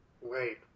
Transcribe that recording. Wait